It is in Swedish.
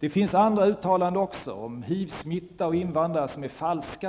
Det sprids också andra uttalanden, om HIV-smitta och om invandrare, som är falska.